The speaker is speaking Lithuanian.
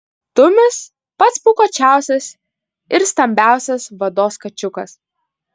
tumis pats pūkuočiausias ir stambiausias vados kačiukas